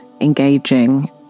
engaging